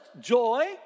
Joy